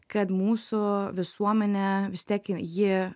kad mūsų visuomenė vis tiek jin ji